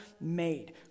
made